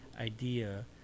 idea